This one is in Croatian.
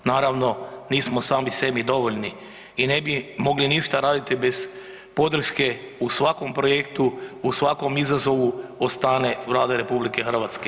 Naravno, nismo sami sebi dovoljni i ne bi mogli ništa raditi bez podrške u svakom projektu u svakom izazovu od strane Vlade RH.